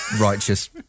righteous